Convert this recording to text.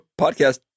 podcast